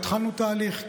והתחלנו תהליך,